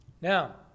Now